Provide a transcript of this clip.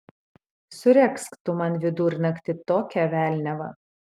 suregzk tu man vidurnaktį tokią velniavą